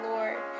Lord